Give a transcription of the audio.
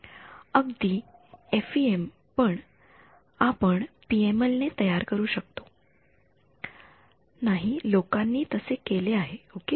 अगदी एफइएम पण आपण पीएमएल ने तयार करू शकतो नई लोकांनी तसे केले आहे ओके